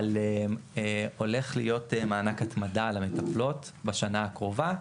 אבל הולך להיות מענק התמדה למטפלות בשנה הקרובה,